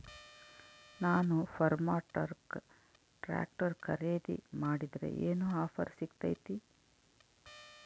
ನಾನು Farmtrac tractor ಖರೇದಿ ಮಾಡಿದ್ರೆ ಏನು ಆಫರ್ ಸಿಗ್ತೈತಿ?